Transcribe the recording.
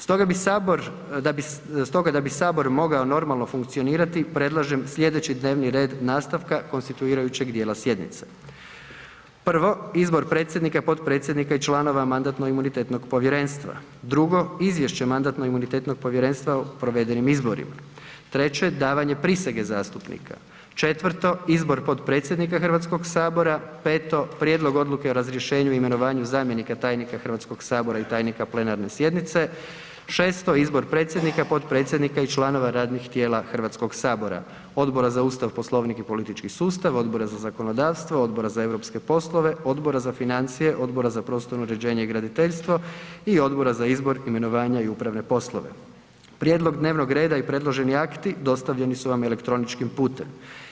Stoga da bi Sabor mogao normalno funkcionirati, predlažem slijedeći dnevni red nastavka konstituirajućeg djela sjednice: 1. Izbor predsjednika, potpredsjednika i članova Mandatno-imunitetnog povjerenstva 1. Izvješće Mandatno-imunitetnog povjerenstva o provedenim izborima 1. Davanje prisege zastupnika 1. Izbor potpredsjednika Hrvatskog sabora 1. Prijedlog Odluke o razrješenju i imenovanju zamjenika tajnika Hrvatskog sabora i tajnika plenarne sjednice 6. Izbor predsjednika, potpredsjednika i članova radnih tijela; Odbora za Ustav, Poslovnik i politički sustav, Odbora za zakonodavstvo, Odbora za europske poslove, Odbora za financije, Odbora za prostorno uređenje i graditeljstvo i Odbora za izbor, imenovanje i upravne poslove Prijedlog dnevnog reda i predloženi akti dostavljeni su vam elektroničkim putem.